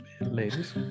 ladies